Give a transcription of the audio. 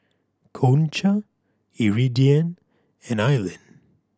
Concha Iridian and Aylin